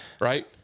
right